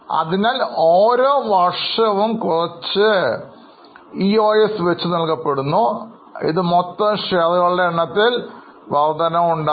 അതിനാൽ ഓരോ വർഷവും കുറച്ച് ESOS വെച്ച് നൽകപ്പെടുന്നു ഇത് മൊത്തം ഷെയറുകളുടെ എണ്ണത്തിൽ വർധന ഉണ്ടായി